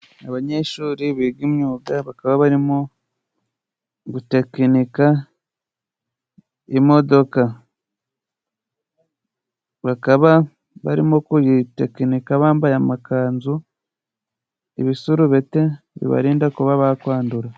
Abanyeshuri biga imyuga bakaba barimo gutekinika imodoka .Bakaba barimo kuyitekinika bambaye amakanzu, ibisurubeti bibarinda kuba bakwandura.